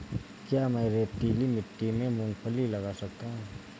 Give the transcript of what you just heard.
क्या मैं रेतीली मिट्टी में मूँगफली लगा सकता हूँ?